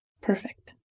Perfect